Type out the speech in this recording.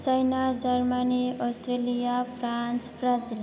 China Germany Australia France Brazil